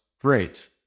great